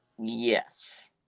Yes